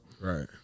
Right